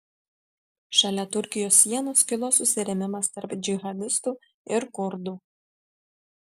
šalia turkijos sienos kilo susirėmimas tarp džihadistų ir kurdų